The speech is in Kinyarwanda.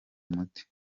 umuti